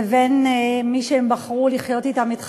לבין מי שהם בחרו לחיות אתם את חייהם,